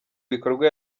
bikorwa